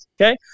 okay